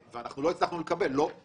כי זו הנחיה של אגף שוק ההון, שלא לפרסם?